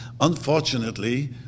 unfortunately